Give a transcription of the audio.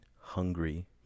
hungry